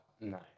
no